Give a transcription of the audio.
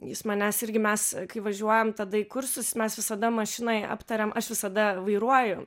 jis manęs irgi mes kai važiuojam tada į kursus mes visada mašinoj aptariam aš visada vairuoju